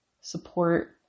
support